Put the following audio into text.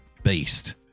beast